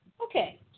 Okay